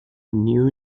new